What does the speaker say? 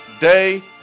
day